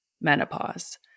menopause